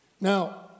Now